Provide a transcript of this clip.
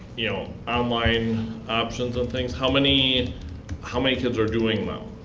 you know, online options and things. how many how many kids are doing well?